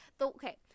Okay